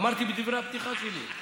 אמרתי בדברי הפתיחה שלי,